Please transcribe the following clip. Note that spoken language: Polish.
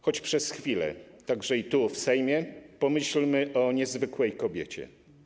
Choć przez chwilę także tu, w Sejmie, pomyślmy o niezwykłej kobiecie.